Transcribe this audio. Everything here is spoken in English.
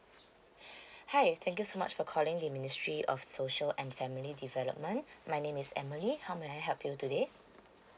hi thank you so much for calling the ministry of social and family development my name is emily how may I help you today